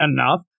enough